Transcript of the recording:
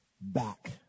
back